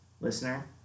listener